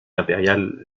impérial